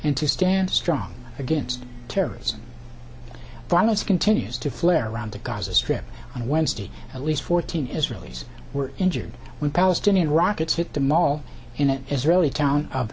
and to stand strong against terrorism violence continues to flare around the gaza strip and wednesday at least fourteen israelis were injured when palestinian rockets hit the mall in an israeli town of